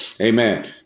Amen